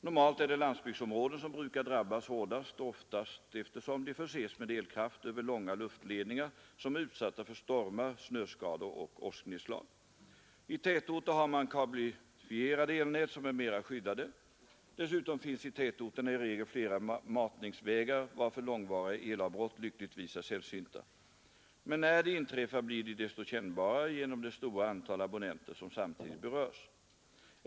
Normalt är det landsbygdsområden som brukar drabbas hårdast och oftast, eftersom de förses med elkraft över långa luftledningar som är utsatta för stormar, snöskador och åsknedslag. I tätorter har man kablifierade elnät som är mera skyddade. Dessutom finns i tätorterna i regel flera matningsvägar, varför långvariga elavbrott lyckligtvis är sällsynta. Men när de inträffar blir de desto kännbarare genom det stora antal abonnenter som samtidigt berörs.